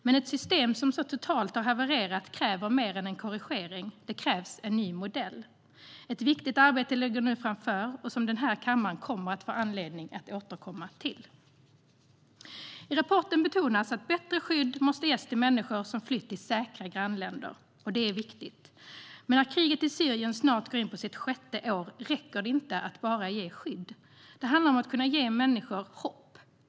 Men ett system som så totalt har havererat kräver mer än korrigering. Det krävs en ny modell. Framför oss ligger nu ett viktigt arbete som den här kammaren kommer att få anledning att återkomma till.I rapporten betonas att bättre skydd måste ges till människor som flytt till "säkra" grannländer. Det är viktigt. Men när kriget i Syrien snart går in på sitt sjätte år räcker det inte att ge skydd. Det handlar om att kunna ge människor hopp.